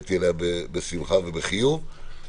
ונעניתי לה בשמחה ובחיוב.